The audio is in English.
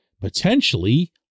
potentially